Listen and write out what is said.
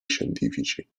scientifici